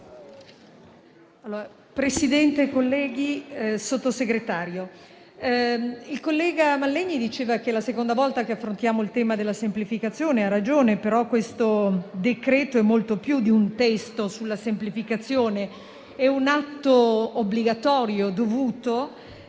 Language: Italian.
Presidente, signor Sottosegretario, colleghi, il senatore Mallegni ha detto che è la seconda volta che affrontiamo il tema della semplificazione. Ha ragione, però, questo decreto è molto più di un testo sulla semplificazione: è un atto obbligatorio, dovuto